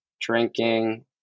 drinking